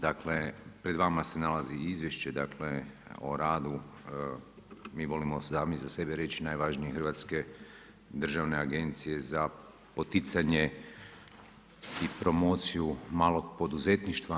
Dakle pred vama se nalazi izvješće o radu, mi volimo sami za sebe reći najvažnije hrvatske državne agencije za poticanje i promocije malog poduzetništva.